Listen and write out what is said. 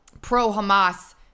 pro-Hamas